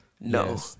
No